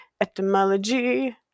etymology